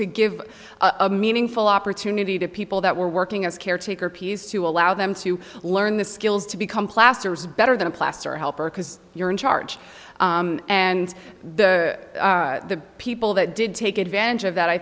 to give a meaningful opportunity to people that were working as a caretaker piece to allow them to learn the skills to become plaster is better than a plaster helper because you're in charge and the the people that did take advantage of that i